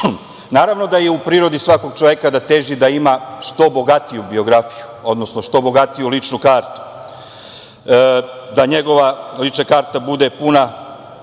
CV.Naravno da je u prirodi svakog čoveka da ima što bogatiju biografiju, odnosno što bogatiju ličnu kartu, da njegova lična karta bude puna